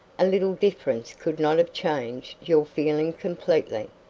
a little difference could not have changed your feeling completely.